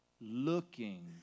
looking